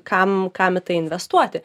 kam kam į tai investuoti